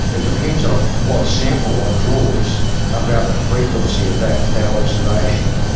it depends on what sample one draws about the frequency of that that observation.